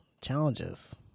challenges